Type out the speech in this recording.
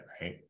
right